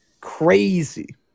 Crazy